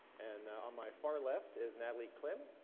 and on my far left is natalie klym.